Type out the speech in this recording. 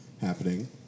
happening